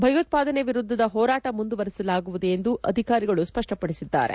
ಭಯೋತ್ಪಾದನೆ ವಿರುದ್ದದ ಹೋರಾಟವನ್ನು ಮುಂದುವರಿಸಲಾಗುವುದು ಎಂದು ಅಧಿಕಾರಿಗಳು ಸ್ಪಷ್ಟಪಡಿಸಿದ್ದಾರೆ